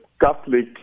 Catholic